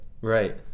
Right